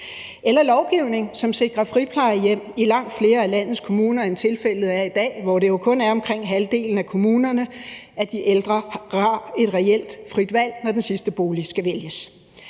eller lovgivning, som sikrer friplejehjem i langt flere af landets kommuner, end tilfældet er i dag, hvor det jo kun er i omkring halvdelen af kommunerne, at de ældre har et reelt frit valg, når den sidste bolig skal vælges.